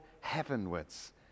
heavenwards